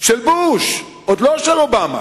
של בוש, עוד לא של אובמה,